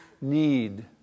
need